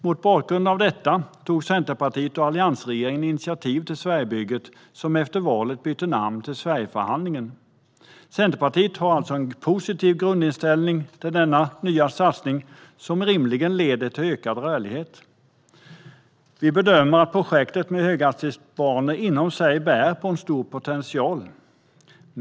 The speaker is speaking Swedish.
Mot bakgrund av detta tog Centerpartiet och alliansregeringen initiativ till Sverigebygget, som efter valet bytte namn till Sverigeförhandlingen. Centerpartiet har alltså en positiv grundinställning till denna nya satsning, som rimligen leder till ökad rörlighet. Vi bedömer att projektet med höghastighetsbanor bär på en stor potential.